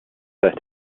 set